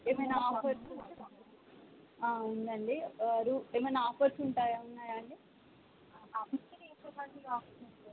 ఏమైనా ఆఫర్స్ ఆ ఉంది అండి ఏమైనా ఆఫర్స్ ఉన్నాయా అండి